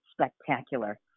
spectacular